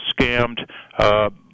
scammed